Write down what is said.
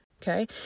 Okay